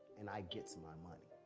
and i get to my money.